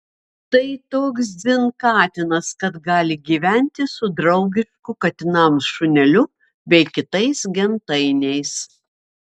tai toks dzin katinas kad gali gyventi su draugišku katinams šuneliu bei kitais gentainiais